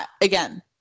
again